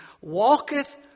walketh